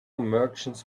merchants